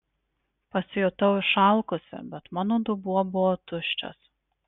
pasijutau išalkusi bet mano dubuo buvo tuščias